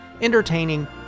entertaining